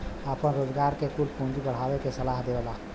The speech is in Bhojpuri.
आपन रोजगार के कुल पूँजी बढ़ावे के सलाह देवला